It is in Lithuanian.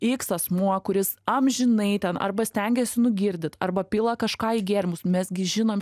iks asmuo kuris amžinai ten arba stengiasi nugirdyt arba pila kažką į gėrimus mes gi žinom